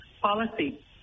policy